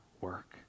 work